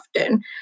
often